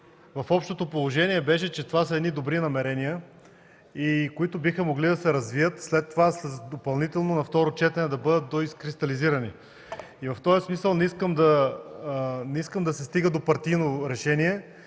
в общото положение беше, че това са добри намерения, които биха могли да се развият, след това допълнително на второ четене да бъдат доизкристализирани. В този смисъл не искам да се стига до партийно решение